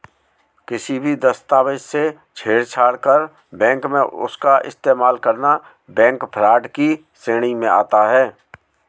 किसी भी दस्तावेज से छेड़छाड़ कर बैंक में उसका इस्तेमाल करना बैंक फ्रॉड की श्रेणी में आता है